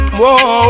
whoa